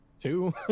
Two